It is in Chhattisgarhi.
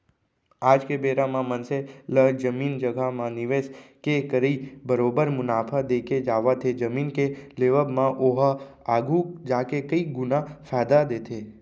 आज के बेरा म मनसे ला जमीन जघा म निवेस के करई बरोबर मुनाफा देके जावत हे जमीन के लेवब म ओहा आघु जाके कई गुना फायदा देथे